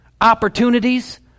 opportunities